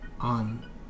on